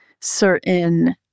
certain